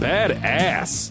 Badass